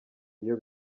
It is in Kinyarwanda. iyo